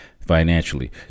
Financially